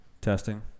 Testing